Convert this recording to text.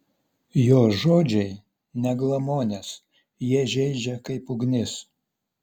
jo žodžiai ne glamonės jie žeidžia kaip ugnis